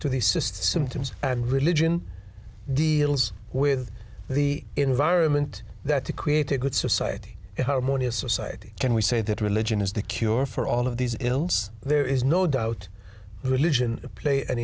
cysts symptoms and religion deals with the environment that to create a good society harmonious society can we say that religion is the cure for all of these ills there is no doubt religion play an